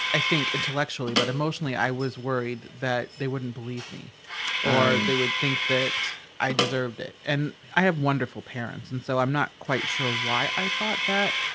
i think intellectually but emotionally, i was worried that they wouldn't believe me or they would think that i deserved it. and i have wonderful parents. and so i'm not quite sure why i thought that.